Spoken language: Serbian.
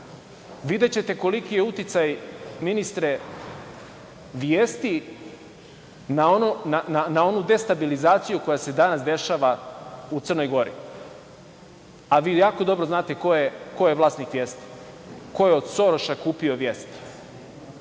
videćete koliki je uticaj, ministre, „Vijesti“ na onu destabilizaciju koja se danas dešava u Crnoj Gori, a vi jako dobro znate ko je vlasnik „Vijesti“, ko je od Soroša kupio „Vijesti“,